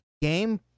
game